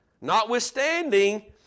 notwithstanding